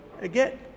again